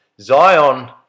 Zion